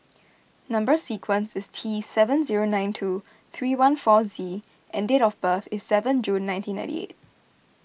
Number Sequence is T seven zero nine two three one four Z and date of birth is seven June nineteen ninety eight